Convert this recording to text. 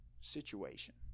situation